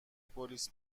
پلیس